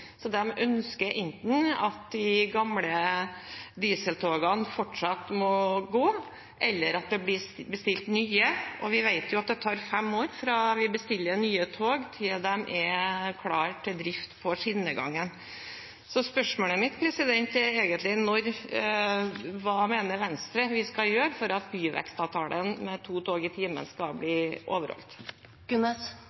ønsker enten at de gamle dieseltogene fortsatt skal gå, eller at det blir bestilt nye, og vi vet jo at det tar fem år fra vi bestiller nye tog til de er klare til drift på skinnegangen. Spørsmålet mitt er egentlig: Hva mener Venstre vi skal gjøre for at byvekstavtalen med to tog i timen skal bli